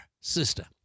sister